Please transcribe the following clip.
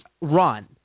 run